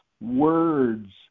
words